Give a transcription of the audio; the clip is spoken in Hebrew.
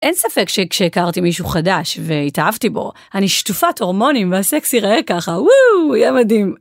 אין ספק שכשהכרתי מישהו חדש והתאהבתי בו, אני שטופת הורמונים והסקס ייראה ככה, וואו, יהיה מדהים.